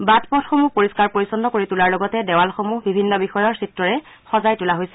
বাট পথসমূহ পৰিষ্ণাৰ পৰিচ্ছন্ন কৰি তোলাৰ লগতে দেৱালসমূহ বিভিন্ন বিষয়ৰ চিত্ৰৰে সজাই তোলা হৈছে